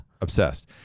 Obsessed